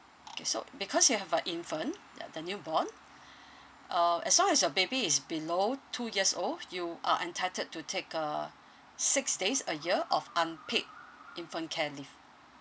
okay so because you have a infant the the newborn uh as long as your baby is below two years old you are entitled to take uh six days a year of unpaid infant care leave